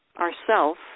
ourself